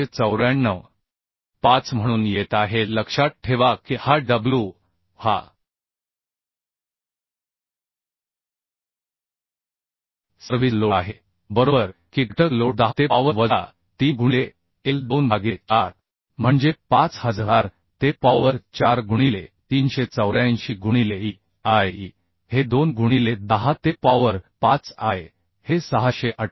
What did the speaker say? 5म्हणून येत आहे लक्षात ठेवा की हा W हा सर्व्हिस लोड आहे बरोबर की घटक लोड 10 ते पॉवर वजा 3 गुणिले L2 भागिले 4 म्हणजे 5000 ते पॉवर 4 गुणिले 384 गुणिले E I E हे 2 गुणिले 10 ते पॉवर 5 I हे 688